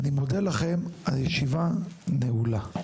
אני מודה לכם, הישיבה נעולה.